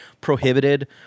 prohibited